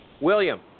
William